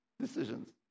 decisions